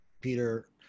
Peter